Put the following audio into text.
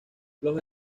los